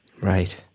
Right